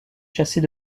chasser